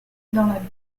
dans